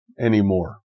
anymore